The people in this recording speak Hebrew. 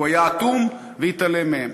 הוא היה אטום והתעלם מהם.